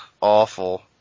Awful